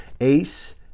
Ace